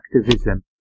activism